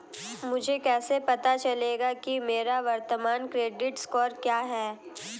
मुझे कैसे पता चलेगा कि मेरा वर्तमान क्रेडिट स्कोर क्या है?